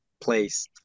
place